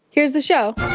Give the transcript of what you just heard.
here's the show